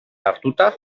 hartuta